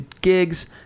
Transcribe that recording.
gigs